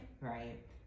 right